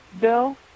bill